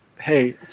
hey